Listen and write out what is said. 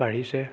বাঢ়িছে